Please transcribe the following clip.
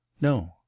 No